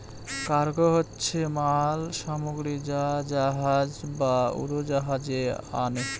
cargo হচ্ছে মাল সামগ্রী যা জাহাজ বা উড়োজাহাজে আনে